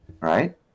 right